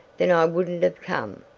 then i wouldn't have come.